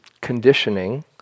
conditioning